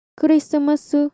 Christmas